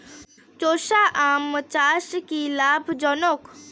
চোষা আম চাষ কি লাভজনক?